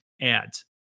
ads